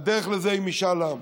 הדרך לזה היא משאל עם.